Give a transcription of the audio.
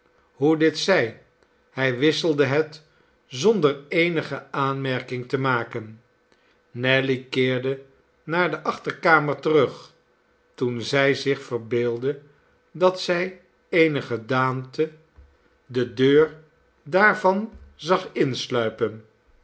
hoe dit zij hij wisselde het zonder eenige aanmerking te maken nelly keerde naar de achterkamer terug toen zij zich verbeeldde dat zij eene gedaante de deur daarvan zag insluipen